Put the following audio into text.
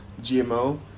GMO